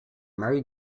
merry